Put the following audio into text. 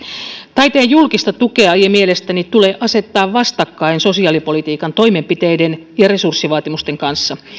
taiteen julkista tukea ei ei mielestäni tule asettaa vastakkain sosiaalipolitiikan toimenpiteiden ja resurssivaatimusten kanssa